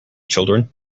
children